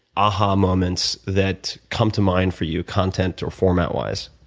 aha moments that come to mind for you, content or format-wise?